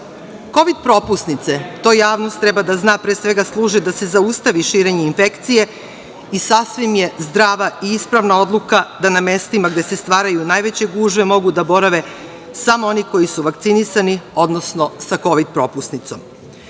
propusnice, to javnost treba da zna, pre svega, služe da se zaustavi širenje infekcije i sasvim je zdrava i ispravna odluka da na mestima gde se stvaraju najveće gužve mogu da borave samo oni koji su vakcinisani, odnosno sa kovid propusnicom. Želim